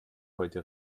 heute